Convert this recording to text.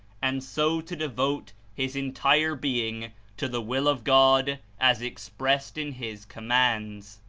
and so to devote his entire being to the will of god as expressed in his commands.